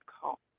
call